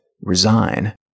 resign